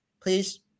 please